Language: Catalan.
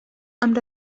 amb